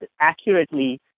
accurately